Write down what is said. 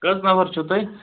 کٔژ نفر چھُو تُہۍ